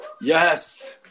Yes